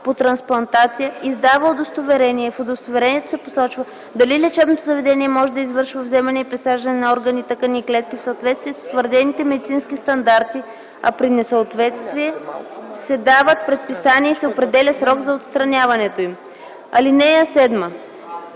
по трансплантация издава удостоверение. В удостоверението се посочва дали лечебното заведение може да извършва вземане и присаждане на органи, тъкани и клетки в съответствие с утвърдените медицински стандарти, а при несъответствия се дават предписания и се определя срок за отстраняването им. (7)